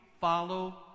follow